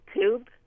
YouTube